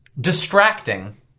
Distracting